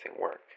work